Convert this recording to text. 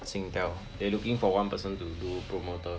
Singtel they looking for one person to do promoter